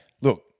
Look